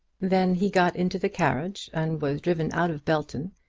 then he got into the carriage, and was driven out of belton,